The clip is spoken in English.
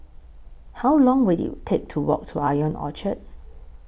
How Long Will IT Take to Walk to Ion Orchard